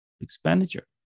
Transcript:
expenditure